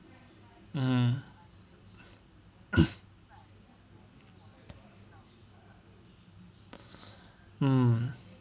mm